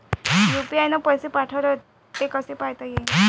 UPI न पैसे पाठवले, ते कसे पायता येते?